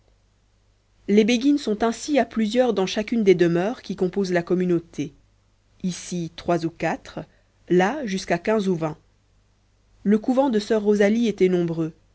les béguines sont ainsi à plusieurs dans chacune des demeures qui composent la communauté ici trois ou quatre là jusqu'à quinze ou vingt le couvent de soeur rosalie était nombreux